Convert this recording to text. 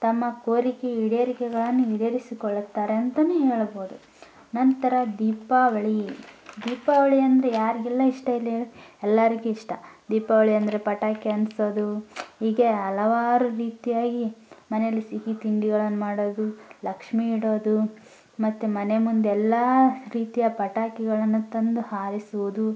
ತಮ್ಮ ಕೋರಿಕೆ ಈಡೇರಿಕೆಗಳನ್ನು ಈಡೇರಿಸಿಕೊಳ್ಳುತ್ತಾರೆ ಅಂತಲೇ ಹೇಳ್ಬೋದು ನಂತರ ದೀಪಾವಳಿ ದೀಪಾವಳಿ ಅಂದರೆ ಯಾರಿಗೆಲ್ಲ ಇಷ್ಟ ಇಲ್ಲ ಹೇಳು ಎಲ್ಲರ್ಗೂ ಇಷ್ಟ ದೀಪಾವಳಿ ಅಂದರೆ ಪಟಾಕಿ ಅಂಟಿಸೋದು ಹೀಗೆ ಹಲವಾರು ರೀತಿಯಾಗಿ ಮನೆಯಲ್ಲಿ ಸಿಹಿ ತಿಂಡಿಗಳನ್ನು ಮಾಡೋದು ಲಕ್ಷ್ಮೀ ಇಡೋದು ಮತ್ತು ಮನೆ ಮುಂದೆ ಎಲ್ಲ ರೀತಿಯ ಪಟಾಕಿಗಳನ್ನು ತಂದು ಹಾರಿಸುವುದು